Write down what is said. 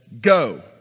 go